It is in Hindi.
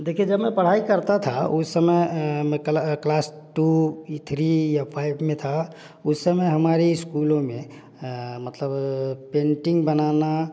देखिए जब मैं पढ़ाई करता था उस समय मैं क्लास टू थ्री या फाइव में था उस समय हमारी स्कूलों में मतलब पेंटिंग बनाना